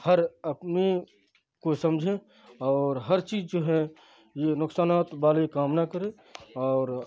ہر اپنے کو سمجھیں اور ہر چیز جو ہے یہ نقصانات والے کام نہ کریں اور